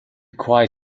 quiet